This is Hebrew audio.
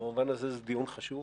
במובן הזה זה דיון חשוב.